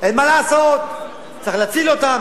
אין מה לעשות, צריך להציל אותם.